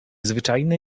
zwyczajne